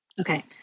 Okay